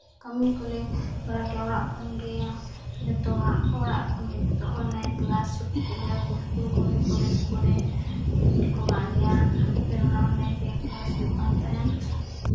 ᱠᱟᱹᱢᱤ ᱠᱚᱞᱮ ᱠᱚᱨᱟᱣ ᱠᱮᱫᱼᱟ ᱚᱲᱟᱜ ᱠᱷᱚᱱ ᱜᱮ ᱡᱚᱛᱚᱣᱟᱜ ᱚᱲᱟᱜ ᱠᱷᱚᱱᱜᱮ ᱡᱚᱛᱚ ᱚᱱᱞᱟᱭᱤᱱ ᱠᱞᱟᱥ ᱪᱷᱩᱴᱤ ᱠᱮᱫ ᱞᱮᱭᱟ ᱠᱚ ᱥᱩᱠᱞ ᱠᱚᱨᱮ ᱠᱚᱞᱮᱡᱽ ᱠᱚᱨᱮ ᱪᱷᱩᱴᱤ ᱠᱚ ᱮᱢᱟᱜ ᱞᱮᱭᱟ ᱚᱱᱟ ᱚᱱᱞᱟᱭᱤᱱ ᱛᱮᱜᱮ ᱠᱞᱟᱥ ᱦᱩᱭᱩᱜ ᱠᱟᱱ ᱛᱟᱦᱮᱱ